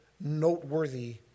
noteworthy